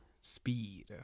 speed